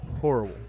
horrible